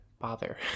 bother